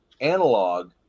analog